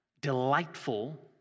delightful